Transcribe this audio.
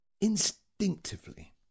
instinctively